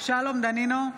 שלום דנינו,